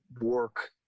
work